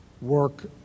work